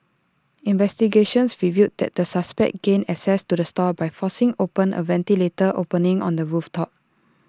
investigations revealed that the suspects gained access to the stall by forcing open A ventilator opening on the roof top